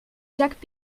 jacques